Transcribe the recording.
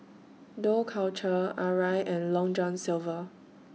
Dough Culture Arai and Long John Silver